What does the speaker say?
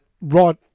right